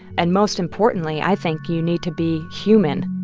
and most importantly, i think you need to be human